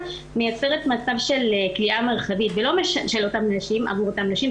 מייצרת מצב של פגיעה מרחבית באותן נשים.